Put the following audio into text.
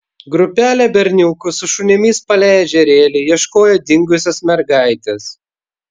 grupelė berniukų su šunimis palei ežerėlį ieškojo dingusios mergaitės